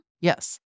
Yes